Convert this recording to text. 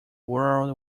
world